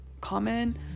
common